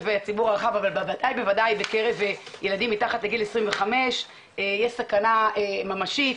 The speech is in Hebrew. הציבור הרחב אבל בוודאי ובוודאי בקרב ילדים מתחת לגיל 25 יש סכנה ממשית,